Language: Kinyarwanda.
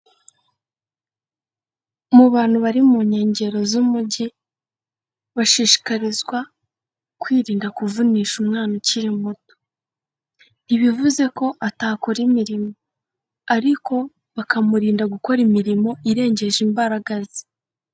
Mu bantu bari mu nkengero z'umujyi bashishikarizwa kwirinda kuvunisha umwana ukiri muto. Ntibivuze ko atakora imirimo, ariko bakamurinda gukora imirimo irengeje imbaraga ze.